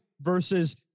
versus